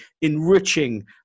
enriching